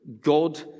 god